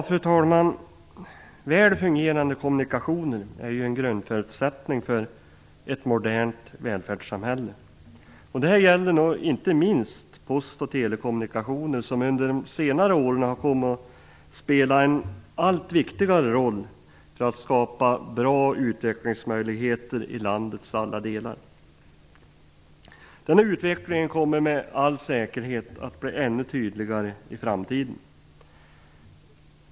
Fru talman! Väl fungerande kommunikationer är en grundförutsättning för ett modernt välfärdssamhälle. Detta gäller inte minst post och telekommunikationer som under senare år har kommit att spela en allt viktigare roll för att skapa bra utvecklingsmöjligheter i landets alla delar. Denna utveckling kommer med all säkerhet att bli ännu tydligare i framtiden.